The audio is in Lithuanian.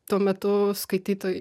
tuo metu skaitytoj